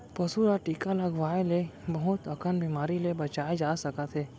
पसू ल टीका लगवाए ले बहुत अकन बेमारी ले बचाए जा सकत हे